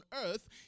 earth